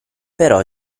però